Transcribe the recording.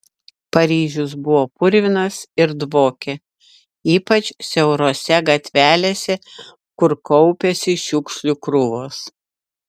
paryžius buvo purvinas ir dvokė ypač siaurose gatvelėse kur kaupėsi šiukšlių krūvos